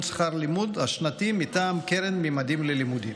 של שכר הלימוד השנתי מטעם קרן ממדים ללימודים.